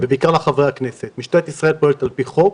בעיקר לחברי הכנסת, משטרת ישראל פועלת על פי חוק.